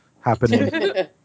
happening